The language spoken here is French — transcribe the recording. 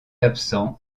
absent